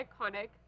iconic